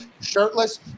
shirtless